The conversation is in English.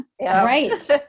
Right